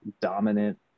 dominant